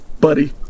buddy